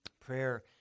Prayer